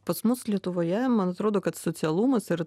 pas mus lietuvoje man atrodo kad socialumas ir